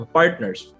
partners